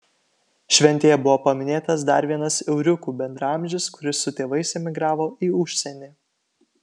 šventėje buvo paminėtas dar vienas euriukų bendraamžis kuris su tėvais emigravo į užsienį